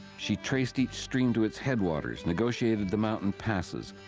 she traced each stream to its headwaters, negotiated the mountain passes,